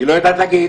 היא לא יודעת להגיד.